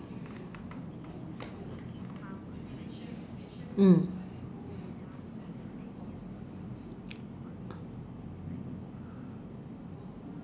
mm